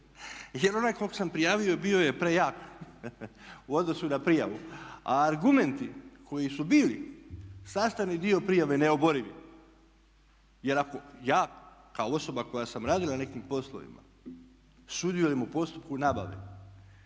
Jer onaj kog sam prijavio bio je prejak u odnosu na prijavu, a argumenti koji su bili sastavni dio prijave neoborivi. Jer ako ja kao osoba koja sam radila na nekim poslovima sudjelujem u postupku nabave